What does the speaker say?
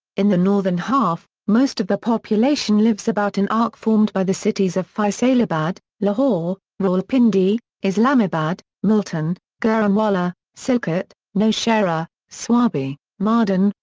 in the northern half, most of the population lives about an arc formed by the cities of faisalabad, lahore, rawalpindi, islamabad, multan, gujranwala, so sialkot, nowshera, swabi, mardan,